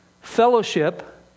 fellowship